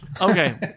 Okay